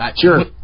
Sure